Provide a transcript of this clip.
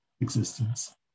existence